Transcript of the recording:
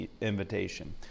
invitation